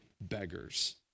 beggars